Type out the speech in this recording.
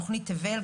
תכנית תבל,